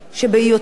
נערים,